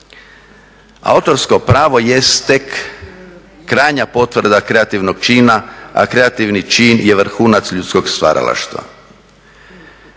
Autorsko pravo jest tek krajnja potvrda kreativnog čina, a kreativni čin je vrhunac ljudskog stvaralaštva.